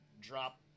drop